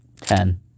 Ten